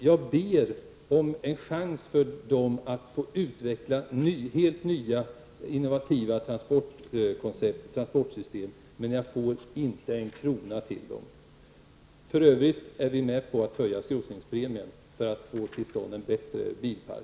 Jag ber om en chans för dem att få utveckla helt nya innovativa transportsystem, men jag får inte en krona till dem. För övrigt är vi med på att höja skrotningspremien för att få till stånd en bättre bilpark.